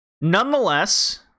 Nonetheless